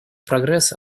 прогресс